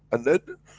and then.